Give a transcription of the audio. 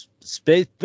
space